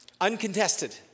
uncontested